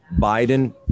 biden